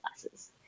classes